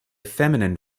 feminine